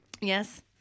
yes